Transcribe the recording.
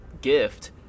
gift